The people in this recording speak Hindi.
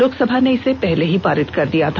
लोकसभा ने इसे पहले ही पारित कर दिया था